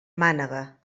mànega